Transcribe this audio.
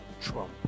Trump